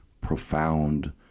profound